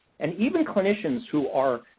and even clinicians who are,